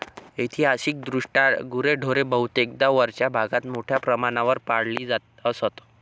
ऐतिहासिकदृष्ट्या गुरेढोरे बहुतेकदा वरच्या भागात मोठ्या प्रमाणावर पाळली जात असत